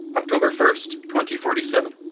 october first twenty forty-seven.